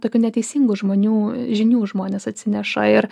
tokių neteisingų žmonių žinių žmonės atsineša ir